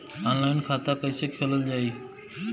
Online खाता कईसे खोलल जाई?